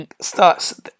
starts